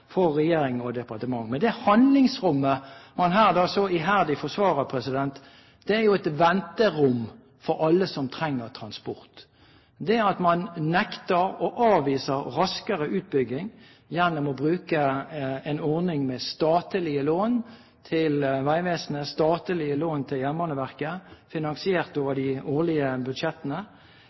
for regjering og departement. Men det handlingsrommet man her så iherdig forsvarer, er jo et venterom for alle som trenger transport. Det at man nekter og avviser å bruke en ordning med statlige lån til Vegvesenet og statlige lån til Jernbaneverket finansiert over de årlige budsjettene,